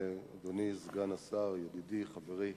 סגן השר, ידידי, חברי,